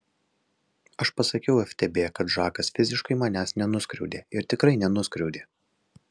aš pasakiau ftb kad žakas fiziškai manęs nenuskriaudė ir tikrai nenuskriaudė